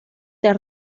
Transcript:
del